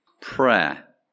Prayer